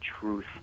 truth